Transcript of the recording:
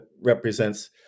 represents